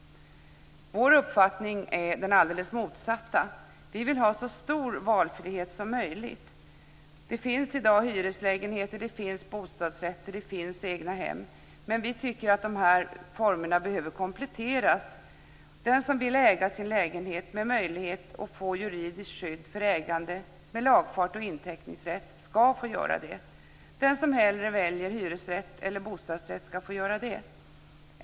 Vår uppfattning är den alldeles motsatta. Vi vill ha så stor valfrihet som möjligt. Det finns i dag hyreslägenheter, bostadsrätter och egnahem men vi tycker att de här formerna behöver kompletteras. Den som vill äga sin lägenhet, med möjlighet att få juridiskt skydd för ägandet med lagfart och inteckningsrätt, skall få göra det. Den som hellre väljer hyresrätt eller bostadsrätt skall få göra det.